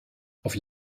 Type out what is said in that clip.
auf